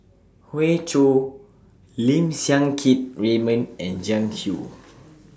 Hoey Choo Lim Siang Keat Raymond and Jiang Hu